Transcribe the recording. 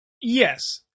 yes